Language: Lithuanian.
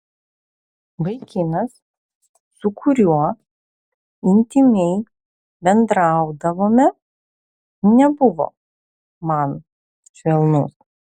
vaikinas su kuriuo intymiai bendraudavome nebuvo man švelnus